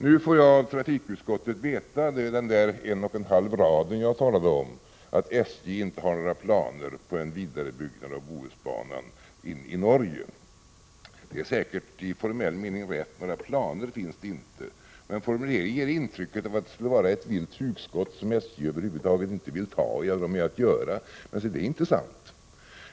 Nu får jag av trafikutskottet veta — på en och en halv rad, som jag sade — att SJ inte har några planer på en vidarebyggnad av Bohusbanan in i Norge. Det är säkert i formell mening rätt — några planer finns det inte. Men formuleringen ger intryck av att det skulle vara ett helt vilt hugskott som SJ över huvud taget inte vill ha med att göra, men, se, det är inte sant!